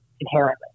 inherently